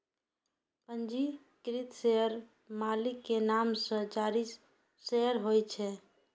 पंजीकृत शेयर मालिक के नाम सं जारी शेयर होइ छै